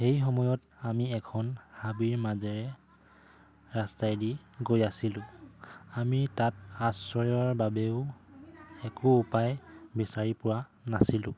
সেই সময়ত আমি এখন হাবিৰ মাজেৰে ৰাস্তাইদি গৈ আছিলোঁ আমি তাত আশ্ৰয়ৰ বাবেও একো উপায় বিচাৰি পোৱা নাছিলোঁ